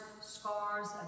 scars